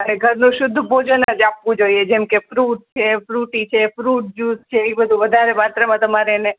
અને ઘરનું શુદ્ધ ભોજન જ આપવું જોઈએ જેમ કે ફ્રૂટ છે ફ્રૂટી છે ફ્રૂટ જ્યૂસ છે એ બધું વધારે માત્રામાં તમારે એને